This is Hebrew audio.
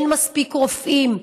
אין מספיק רופאים.